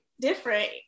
different